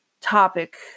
topic